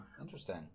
interesting